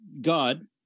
God